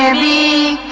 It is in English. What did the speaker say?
and be